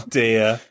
dear